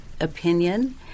opinion